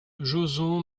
joson